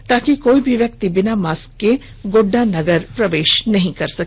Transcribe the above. ताकि कोई भी व्यक्ति बिना मास्क के गोड्डा नगर नहीं प्रवेश कर सके